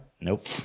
Nope